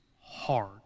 hard